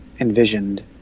envisioned